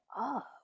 up